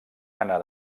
anà